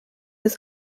his